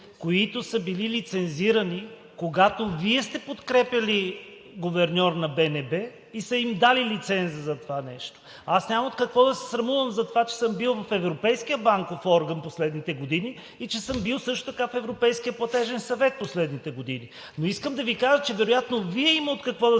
които са били лицензирани, когато Вие сте подкрепяли гуверньор на БНБ и са им дали лиценза за това нещо. Аз нямам от какво да се срамувам за това, че съм бил в Европейския банков орган в последните години и съм бил също така в Европейския платежен съвет в последните години. Но искам да Ви кажа, че вероятно Вие имате от какво да